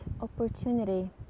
opportunity